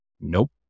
Nope